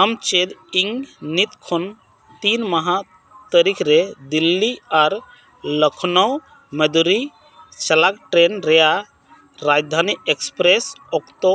ᱟᱢ ᱪᱮᱫ ᱤᱧ ᱱᱤᱛ ᱠᱷᱚᱱ ᱛᱤᱱ ᱢᱟᱦᱟ ᱛᱟᱹᱨᱤᱠᱷ ᱨᱮ ᱫᱤᱞᱞᱤ ᱟᱨ ᱞᱚᱠᱷᱱᱳ ᱢᱟᱫᱽᱨᱤ ᱥᱟᱞᱟᱜ ᱴᱨᱮᱹᱱ ᱨᱮᱭᱟᱜ ᱨᱟᱡᱽᱫᱷᱟᱱᱤ ᱮᱠᱥᱯᱨᱮᱹᱥ ᱚᱠᱛᱚ